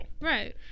Right